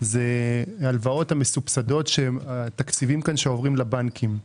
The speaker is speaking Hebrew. ההלוואות המסובסדות, התקציבים שעוברים לבנקים.